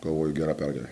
galvoju gera pergalė